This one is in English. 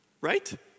Right